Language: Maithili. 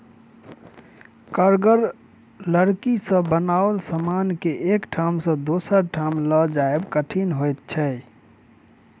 कड़गर लकड़ी सॅ बनाओल समान के एक ठाम सॅ दोसर ठाम ल जायब कठिन होइत छै